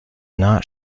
not